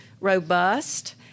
robust